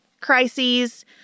crises